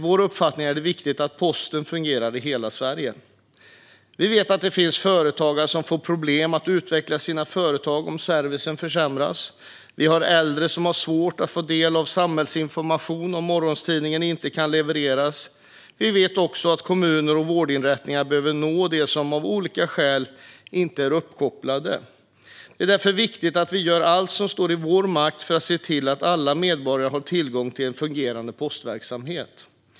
Vi vet att det finns företagare som får problem att utveckla sina företag om servicen försämras och äldre som har svårt att få del av samhällsinformation om morgontidningen inte kan levereras. Vi vet också att kommuner och vårdinrättningar behöver kunna nå dem som av olika skäl inte är uppkopplade. Det är därför viktigt att vi gör allt som står i vår makt för att se till att alla medborgare har tillgång till en fungerande postverksamhet.